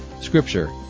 Scripture